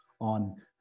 on